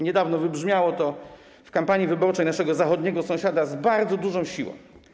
Niedawno wybrzmiało to w kampanii wyborczej naszego zachodniego sąsiada z bardzo dużą siłą.